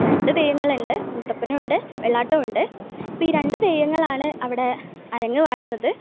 രണ്ട് തെയ്യങ്ങളുണ്ട് മുത്തപ്പനുണ്ട് വെള്ളാട്ടോം ഉണ്ട് ഇപ്പം ഈ രണ്ട് ദൈവങ്ങളാണ് അവിടെ അരങ്ങ് വാഴുന്നത്